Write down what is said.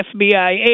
FBI